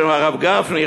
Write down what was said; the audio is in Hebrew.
הרב גפני,